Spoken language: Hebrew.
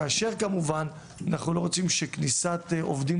כאשר כמובן אנחנו לא רוצים שכניסת עובדים